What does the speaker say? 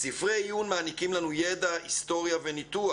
ספרי עיון מעניקים לנו ידע, היסטוריה וניתוח.